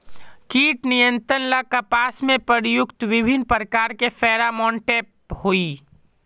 कीट नियंत्रण ला कपास में प्रयुक्त विभिन्न प्रकार के फेरोमोनटैप होई?